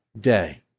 day